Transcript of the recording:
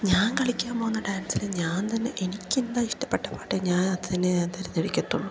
ഞാൻ കളിക്കാൻ പോകുന്ന ഡാൻസില് ഞാൻ തന്നെ എനിക്ക് എന്താണ് ഇഷ്ടപ്പെട്ട പാട്ട് ഞാൻ അതുതന്നെ തെരഞ്ഞെടുക്കത്തുള്ളൂ